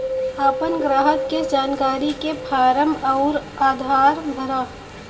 आपन ग्राहक के जानकारी के फारम अउर आधार भरा